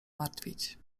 martwić